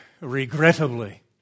regrettably